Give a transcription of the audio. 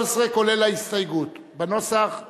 אני קובע שההסתייגות נתקבלה והסעיף נמחק.